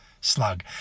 slug